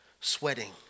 sweating